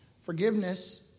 Forgiveness